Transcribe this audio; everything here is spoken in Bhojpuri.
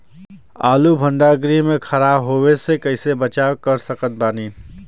आलू भंडार गृह में खराब होवे से कइसे बचाव कर सकत बानी?